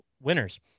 winners